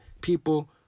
People